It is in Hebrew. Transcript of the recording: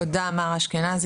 תודה, מר אשכנזי.